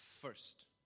first